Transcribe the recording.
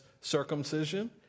circumcision